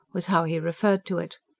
was how he referred to it.